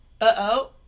Uh-oh